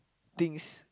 things